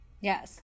Yes